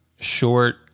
short